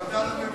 זו החלטת ממשלה.